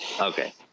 Okay